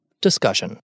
Discussion